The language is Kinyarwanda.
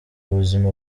ubuzima